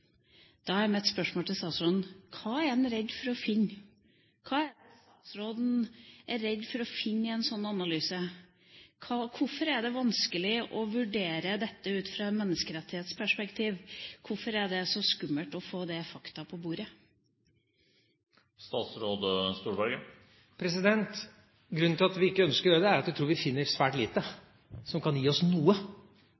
Da er mitt spørsmål til statsråden: Hva er han redd for å finne? Hva er det statsråden er redd for å finne i en sånn analyse? Hvorfor er det vanskelig å vurdere dette ut fra et menneskerettighetsperspektiv? Hvorfor er det så skummelt å få disse fakta på bordet? Grunnen til at vi ikke ønsker å gjøre det, er at vi tror vi finner svært lite